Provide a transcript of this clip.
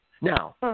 Now